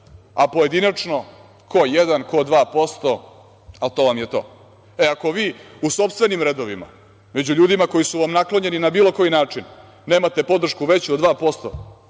a pojedinačno ko 1, ko 2%, to vam je to. Ako vi u sopstvenim redovima, među ljudima koji su vam naklonjeni na bilo koji način nemate podršku veću od 2%,